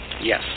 Yes